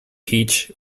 peach